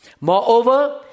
Moreover